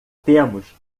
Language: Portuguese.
temos